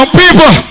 people